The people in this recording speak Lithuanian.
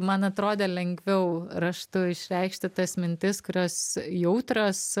man atrodė lengviau raštu išreikšti tas mintis kurios jautrios